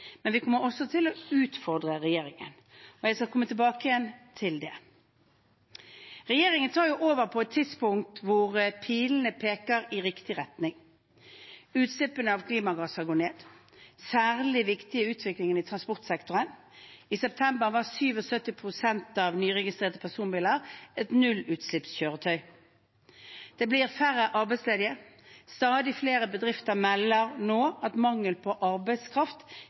men vi kommer også til å utfordre regjeringen. Jeg skal komme tilbake til det. Regjeringen tar over på et tidspunkt hvor pilene peker i riktig retning. Utslippene av klimagasser går ned. Særlig viktig er utviklingen i transportsektoren. I september var 77 pst. av nyregistrerte personbiler nullutslippskjøretøy. Det blir færre arbeidsledige. Stadig flere bedrifter melder nå at mangel på arbeidskraft